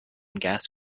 gas